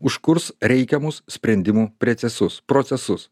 užkurs reikiamus sprendimų precesus procesus